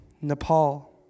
Nepal